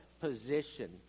position